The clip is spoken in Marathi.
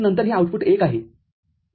तर नंतर हे आउटपुट १ आहे